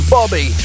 Bobby